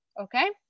okay